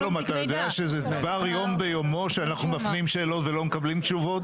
שלום אתה יודע שזה דבר יום ביומו שאנחנו מפנים שאלות ולא מקבלים תשובות?